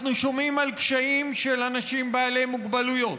אנחנו שומעים על קשיים של אנשים בעלי מוגבלויות,